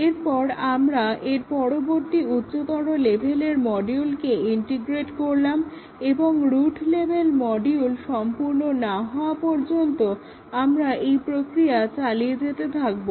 এরপর আমরা এর পরবর্তী উচ্চতর লেভেলের মডিউলকে ইন্টিগ্রেট করলাম এবং রুট লেভেল মডিউল সম্পূর্ণ না হওয়া পর্যন্ত আমরা এই প্রক্রিয়া চালিয়ে যেতে থাকবো